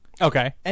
Okay